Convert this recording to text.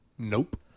Nope